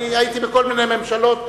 אני הייתי בכל מיני ממשלות,